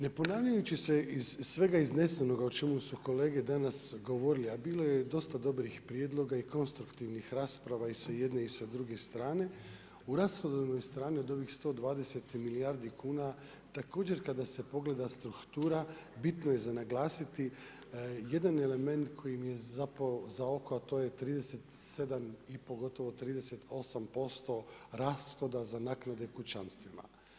Ne ponavljajući se iz svega iznesenoga o čemu su kolege danas govorili, a bilo je i dosta dobrih prijedloga i konstruktivnih rasprava i s jedene i s druge strane u rashodovnoj strani od ovih 120 milijardi kuna, također kada se pogleda struktura, bitno je za naglasiti jedan element koji mi je zapeo za oko, a to je 37 i pogotovo 38% rashoda za naknade kućanstvima.